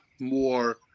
more